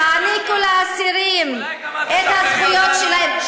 תעניקו לאסירים את הזכויות שלהם,